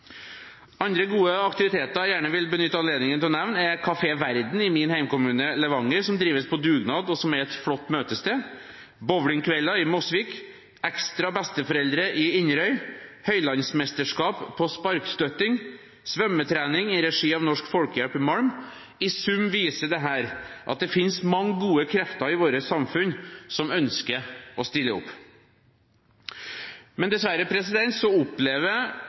Andre gode aktiviteter jeg gjerne vil benytte anledningen til å nevne, er Kafe Verden i min hjemkommune Levanger, som drives på dugnad, og som er et flott møtested, bowlingkvelder i Mosvik, ekstra besteforeldre i Inderøy, høylandsmesterskap på sparkstøtting, svømmetrening i regi av Norsk Folkehjelp i Malm. I sum viser dette at det finnes mange gode krefter i vårt samfunn som ønsker å stille opp. Men dessverre